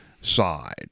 side